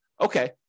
okay